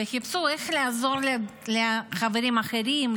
וחיפשו איך לעזור לחברים אחרים,